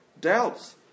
doubts